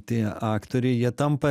tie aktoriai jie tampa